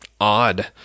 odd